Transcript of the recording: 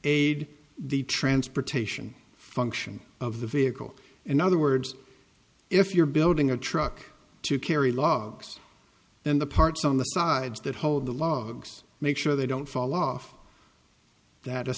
aid the transportation function of the vehicle in other words if you're building a truck to carry loves then the parts on the sides that hold the logs make sure they don't fall off that